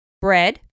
bread